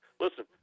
listen